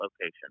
location